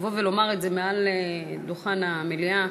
לבוא ולומר את זה מעל דוכן המליאה,